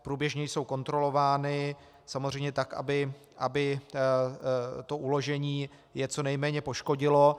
Průběžně jsou kontrolovány, samozřejmě tak aby to uložení je co nejméně poškodilo.